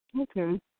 Okay